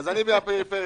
אז אני בגלל הפריפריה.